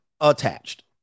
attached